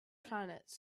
planet